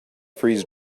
freeze